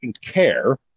care